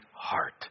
heart